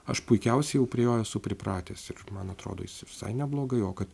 aš puikiausiai jau prie jo esu pripratęs ir man atrodo jis visai neblogai o kad